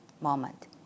moment